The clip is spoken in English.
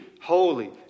holy